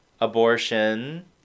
abortion